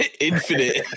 Infinite